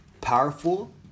powerful